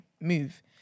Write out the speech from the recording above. Move